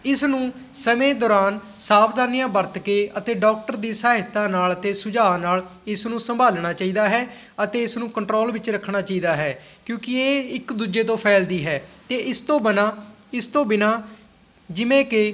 ਇਸ ਨੂੰ ਸਮੇਂ ਦੌਰਾਨ ਸਾਵਧਾਨੀਆਂ ਵਰਤ ਕੇ ਅਤੇ ਡੋਕਟਰ ਦੀ ਸਹਾਇਤਾ ਨਾਲ ਅਤੇ ਸੁਝਾਅ ਨਾਲ ਇਸ ਨੂੰ ਸੰਭਾਲਣਾ ਚਾਹੀਦਾ ਹੈ ਅਤੇ ਇਸ ਨੂੰ ਕੰਟਰੋਲ ਵਿੱਚ ਰੱਖਣਾ ਚਾਹੀਦਾ ਹੈ ਕਿਉਂਕਿ ਇਹ ਇੱਕ ਦੂਜੇ ਤੋਂ ਫੈਲਦੀ ਹੈ ਅਤੇ ਇਸ ਤੋਂ ਬਿਨਾਂ ਇਸ ਤੋਂ ਬਿਨਾਂ ਜਿਵੇਂ ਕਿ